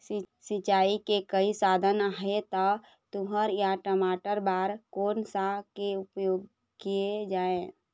सिचाई के कई साधन आहे ता तुंहर या टमाटर बार कोन सा के उपयोग किए जाए?